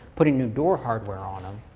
putting new door hardware on them.